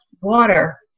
water